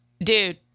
dude